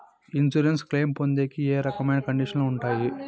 Insurance claim పొందేకి ఏ రకమైన కండిషన్లు ఉంటాయి?